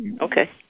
okay